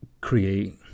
create